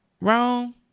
wrong